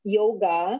yoga